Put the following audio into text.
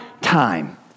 time